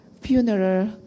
funeral